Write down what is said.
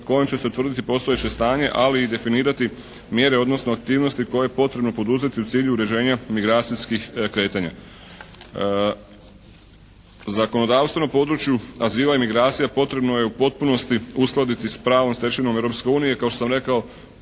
kojom će se utvrditi postojeće stanje, ali i definirati mjere, odnosno aktivnosti koje je potrebno poduzeti u cilju uređenja migracijskih kretanja. Zakonodavstvo na području azila i migracija potrebno je u potpunosti uskladiti sa pravnom stečevinom Europske unije. Kao što sam rekao